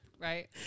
Right